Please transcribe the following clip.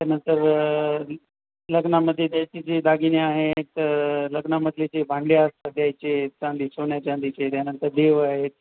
त्यानंतर लग्नामध्ये द्यायचे जे दागिने आहेत लग्नामधले जे भांडे असतात द्यायचे चांदी सोन्याचांदीचे त्यानंतर देव आहेत